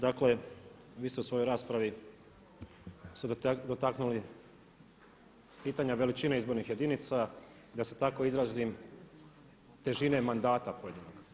Dakle, vi ste u svojoj raspravi se dotaknuli pitanja veličine izbornih jedinica i da se tako izrazim težine mandata pojedinog.